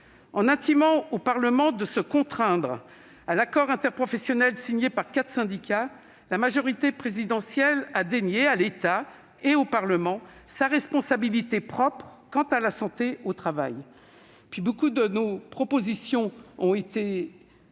En intimant au Parlement de se contraindre au respect de l'accord interprofessionnel signé par quatre syndicats, la majorité présidentielle a dénié à l'État et au Parlement leur responsabilité propre quant à la santé au travail. Beaucoup de nos propositions ont été rejetées,